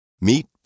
Meet